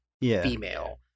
female